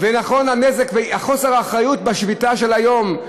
הנזק וחוסר האחריות בשביתה של היום,